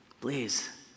please